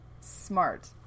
Smart